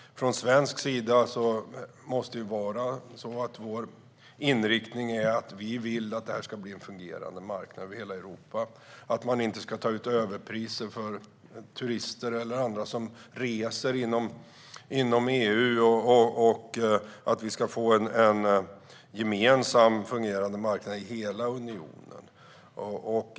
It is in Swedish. Från svensk sida måste vi ha inriktningen att detta ska bli en gemensam, fungerande marknad över hela Europa och att man inte ska ta ut överpriser av turister eller andra som reser inom EU.